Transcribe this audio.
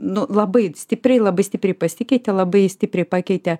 nu labai stipriai labai stipriai pasikeitė labai stipriai pakeitė